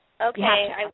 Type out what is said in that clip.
Okay